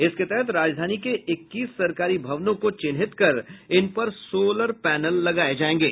इसके तहत राजधानी के इक्कीस सरकारी भवनों को चिन्हित कर इन पर सोलर पैनल लगाये जायेंगे